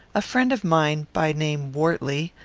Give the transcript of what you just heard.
a friend of mine, by name wortley,